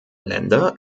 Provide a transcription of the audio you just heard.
länder